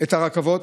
את הרכבות.